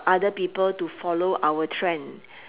other people to follow our trend